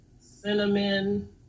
cinnamon